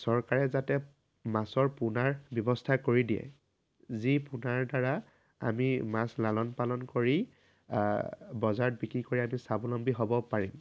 চৰকাৰে যাতে মাছৰ পোনাৰ ব্যৱস্থা কৰি দিয়ে যি পোনাৰ দ্বাৰা আমি মাছ লালন পালন কৰি বজাৰত বিক্ৰী কৰি আমি স্বাৱলম্বী হ'ব পাৰিম